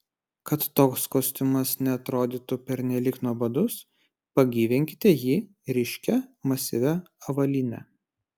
kad toks kostiumas neatrodytų pernelyg nuobodus pagyvinkite jį ryškia masyvia avalyne